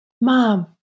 Mom